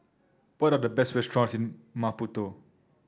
what are the best restaurants in Maputo